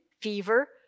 fever